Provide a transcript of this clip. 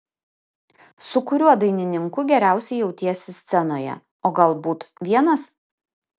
su kuriuo dainininku geriausiai jautiesi scenoje o galbūt vienas